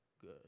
good